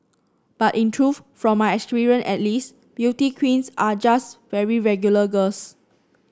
but in truth from my experience at least beauty queens are just very regular girls